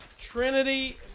Trinity